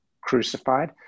crucified